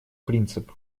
принцип